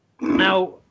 now